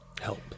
help